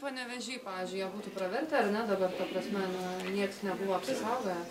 panevėžy pavyzdžiui jie būtų pravertę ar ne dabar ta prasme na nieks nebuvo apsisaugojęs